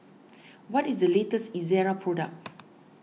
what is the latest Ezerra product